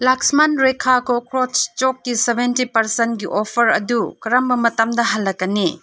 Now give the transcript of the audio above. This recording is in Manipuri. ꯂꯛꯁꯃꯟ ꯔꯦꯈꯥ ꯀꯣꯛꯀ꯭ꯔꯣꯁ ꯆꯣꯛꯒꯤ ꯁꯕꯦꯟꯇꯤ ꯄꯥꯔꯁꯦꯟꯒꯤ ꯑꯣꯐꯔ ꯑꯗꯨ ꯀꯔꯝꯕ ꯃꯇꯝꯗ ꯍꯜꯂꯛꯀꯅꯤ